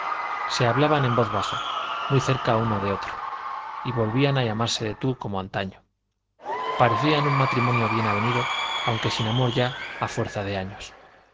se hablaban en voz baja muy cerca uno de otro y volvían a llamarse de tú como antaño parecían un matrimonio bien avenido aunque sin amor ya a fuerza de años